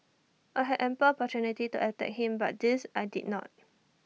I had ample opportunity to attack him but this I did not